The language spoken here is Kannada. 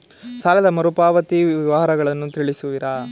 ಸಾಲದ ಮರುಪಾವತಿ ವಿವರಗಳನ್ನು ತಿಳಿಸುವಿರಾ?